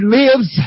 lives